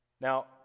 Now